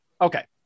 Okay